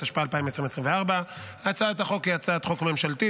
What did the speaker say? התשפ"ה 2024. הצעת החוק היא הצעת חוק ממשלתית,